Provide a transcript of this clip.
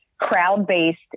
crowd-based